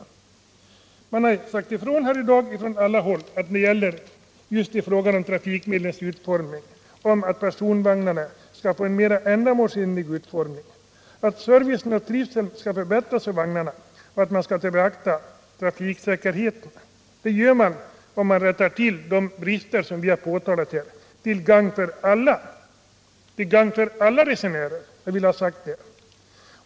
Från alla håll har det sagts ifrån här i dag beträffande trafikmedlens utformning att personvagnarna måste få en mera ändamålsenlig utformning, att servicen och trivseln skall förbättras i vagnarna och att trafiksäkerheten skall beaktas. Det gör man om man rättar till de brister som påtalats här i dag — till gagn för alla resenärer.